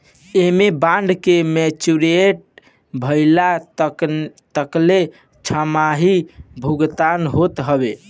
एमे बांड के मेच्योर भइला तकले छमाही भुगतान होत हवे